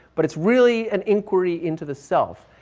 but it's really an inquiry into the self.